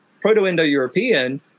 Proto-Indo-European